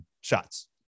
shots